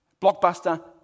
Blockbuster